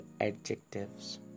adjectives